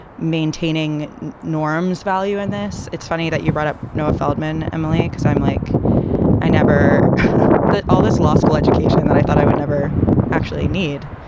maintaining norm's value in this. it's funny that you brought up noah feldman, emily, because i'm like i never thought that all this law school education that i thought i would never actually need,